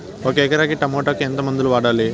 ఒక ఎకరాకి టమోటా కు ఎంత మందులు వాడాలి?